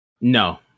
No